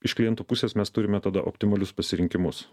iš klientų pusės mes turime tada optimalius pasirinkimus